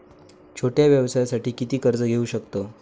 छोट्या व्यवसायासाठी किती कर्ज घेऊ शकतव?